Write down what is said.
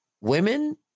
women